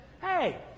Hey